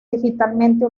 digitalmente